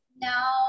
now